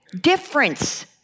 difference